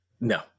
No